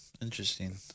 Interesting